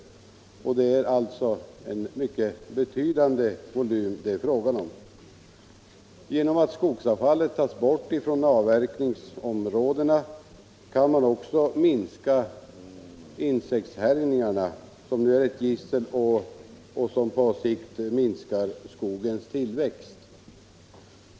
Det är alltså en mycket betydande volym det är fråga om. Genom att ta bort skogsavfallet från avverkningsområdena kan man också minska insektshärjningarna, som nu är ett gissel och som på sikt minskar skogens tillväxt.